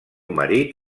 marit